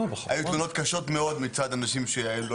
היו תלונות קשות מאוד מצד אנשים שלא